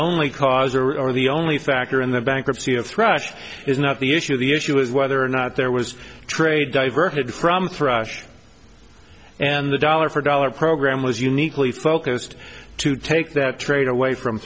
only cause or were the only factor in the bankruptcy of thrush is not the issue the issue is whether or not there was trade diverted from thrush and the dollar for dollar program was uniquely focused to take that trade away from